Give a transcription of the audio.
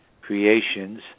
Creations